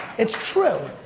it's true,